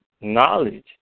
knowledge